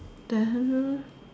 then